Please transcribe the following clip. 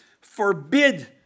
forbid